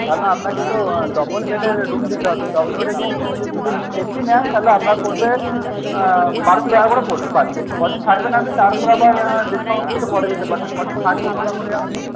তাহলে আপনাকে তো ডবল বেডের রুম দিতে হবে ডবল বেডের রুম যদি এসি নেন তাহলে আপনার পড়বে বারোশো টাকা করে পড়বে পার ডে কদিন থাকবেন আপনি তার উপর আবার ডিসকাউন্ট কিছুটা করা যেতে পারে কদিন থাকবেন মোটামুটি আপনি